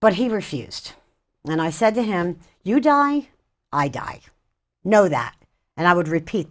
but he refused and i said to him you die i die i know that and i would repeat